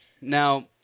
Now –